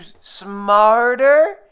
smarter